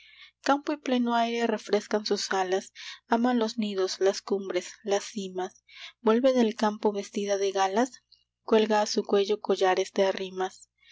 campo y pleno aire refrescan sus alas ama los nidos las cumbres las cimas vuelve del campo vestida de galas cuelga a su cuello collares de rimas